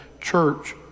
church